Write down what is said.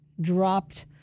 dropped